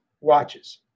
watches